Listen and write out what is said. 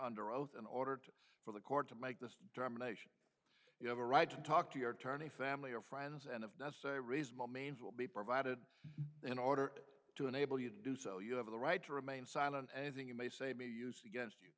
under oath in order to for the court to make this determination you have a right to talk to your attorney family or friends and if that's a reasonable means will be provided in order to enable you to do so you have the right to remain silent anything you may say be used against you